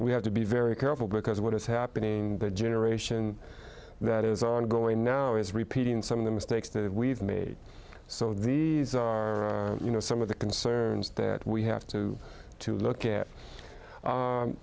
we have to be very careful because what is happening in the generation that is ongoing now is repeating some of the mistakes that we've made so these are you know some of the concerns that we have to to look at